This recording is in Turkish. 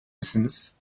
misiniz